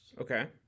Okay